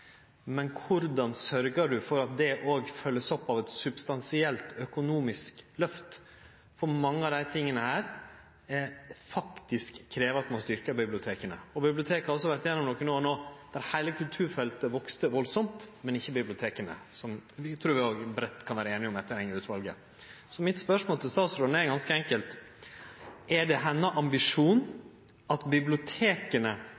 men korleis sørgjer ein for at det òg vert følgt opp av eit substansielt økonomisk løft? For mange av desse tinga krev faktisk at ein styrkjer biblioteka. Biblioteka har vore gjennom nokre år no der heile kulturfeltet voks enormt, men ikkje biblioteka, noko eg trur vi breitt kan vere einige om etter Enger-utvalet. Spørsmålet mitt til statsråden er ganske enkelt: Er det